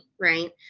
right